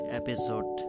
episode